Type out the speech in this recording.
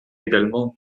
également